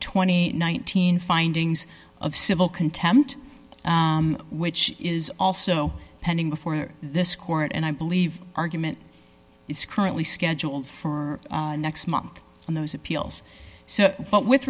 and nineteen findings of civil contempt which is also pending before this court and i believe argument is currently scheduled for next month on those appeals but with